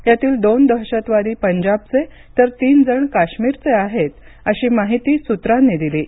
यातील दोन दहशतवादी पंजाबचे तर तीन जण काश्मीरचे आहेत अशी माहिती सूत्रांनी दिली आहे